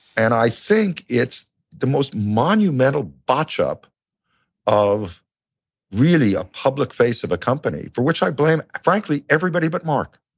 and i think it's the most monumental botch up of really a public face of a company, for which i blame, frankly, everybody but mark.